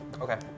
Okay